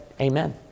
Amen